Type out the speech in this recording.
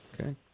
Okay